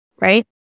right